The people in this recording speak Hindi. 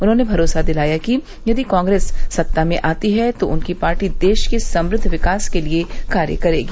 उन्होंने भरोसा दिलाया कि यदि कांग्रेस सत्ता में आती है तो उनकी पार्टी देश के समृद्व विकास के लिए कार्य करेगी